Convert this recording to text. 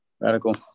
radical